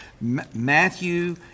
Matthew